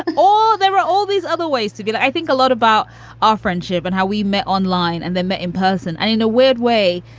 oh, there were all these other ways to get, i think, a lot about our friendship and how we met online and then met in person and in a weird way,